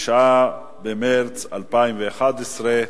9 במרס 2011,